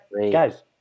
guys